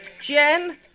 Jen